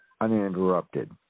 uninterrupted